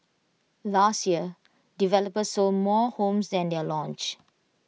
last year developers sold more homes than they are launched